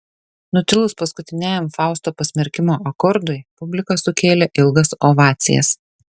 nutilus paskutiniajam fausto pasmerkimo akordui publika sukėlė ilgas ovacijas